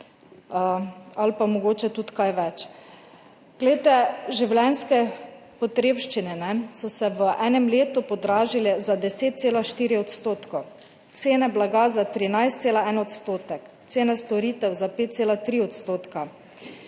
ali pa mogoče tudi kaj več. Glejte, življenjske potrebščine so se v enem letu podražile za 10,4 %, cene blaga za 13,1 %, cene storitev za 5,3 %,